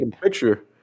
picture